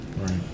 Right